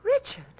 Richard